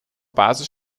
basis